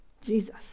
Jesus